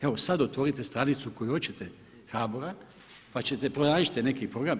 Evo sad otvorite stranicu koju hoćete HBOR-a pa ćete, pronađite neki program.